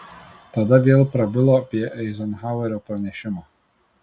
tada vėl prabilo apie eizenhauerio pranešimą